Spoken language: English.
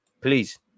Please